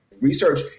Research